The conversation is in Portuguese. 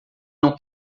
não